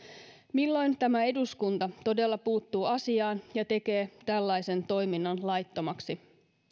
milloin tämä eduskunta todella puuttuu asiaan ja tekee tällaisen toiminnan laittomaksi